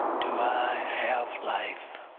do i have life?